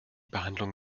behandlung